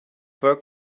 work